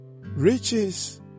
Riches